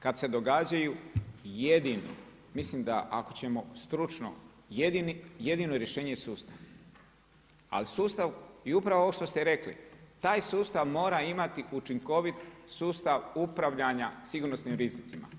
Kada se događaju jedini, mislim ako ćemo stručno, jedino rješenje je sustav, ali sustav i upravo ovo što ste rekli, taj sustav mora imati učinkovit sustav upravljanja sigurnosnim rizicima.